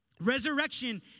Resurrection